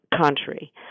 country